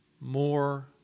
more